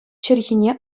чӗлхине